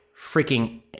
freaking